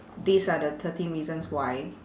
these are the thirteen reasons why